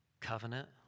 covenant